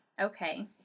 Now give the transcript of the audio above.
Okay